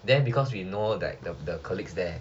then because we know that the colleagues there